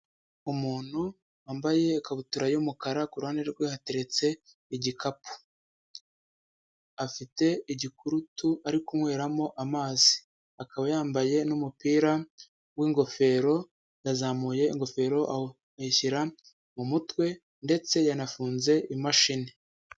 Umuntu wambaye ikabutura y'umukara kuruhande rwe hateretse igikapu, afite igikurutu ari kunyweramo amazi, akaba yambaye n'umupi w'ingofero, yazamuye ingofero ayishyira mu mutwe ndetse yanafunze imashini.